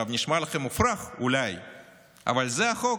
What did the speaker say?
אולי זה נשמע לכם מופרך, אבל זה החוק.